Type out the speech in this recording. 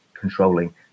controlling